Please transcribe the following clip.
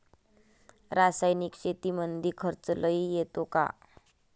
रासायनिक शेतीमंदी खर्च लई येतो का?